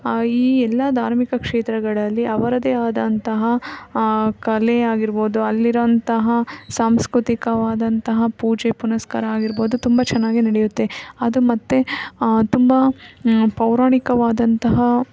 ಈ ಎಲ್ಲ ಧಾರ್ಮಿಕ ಕ್ಷೇತ್ರಗಳಲ್ಲಿ ಅವರದೇ ಆದಂತಹ ಕಲೆ ಆಗಿರ್ಬೋದು ಅಲ್ಲಿರೋವಂತಹ ಸಾಂಸ್ಕೃತಿಕವಾದಂತಹ ಪೂಜೆ ಪುನಸ್ಕಾರ ಆಗಿರ್ಬೋದು ತುಂಬ ಚೆನ್ನಾಗೇ ನಡೆಯುತ್ತೆ ಅದು ಮತ್ತು ತುಂಬ ಪೌರಾಣಿಕವಾದಂತಹ